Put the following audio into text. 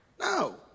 No